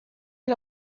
del